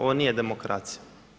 Ovo nije demokracija.